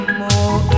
more